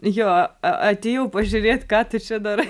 jo atėjau žiūrėt ką tu čia darai